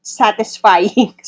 satisfying